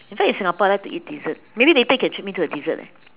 in fact in Singapore I like to eat dessert maybe later you can treat me to a dessert leh